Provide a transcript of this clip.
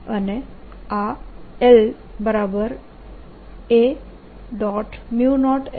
અને આ La